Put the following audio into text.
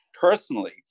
personally